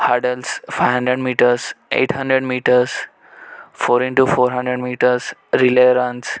hurdles five hundred meters eight hundred meters four into four hundred meters relay runs